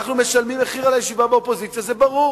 אנחנו משלמים מחיר על הישיבה באופוזיציה, זה ברור.